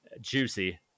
juicy